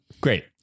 Great